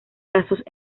casos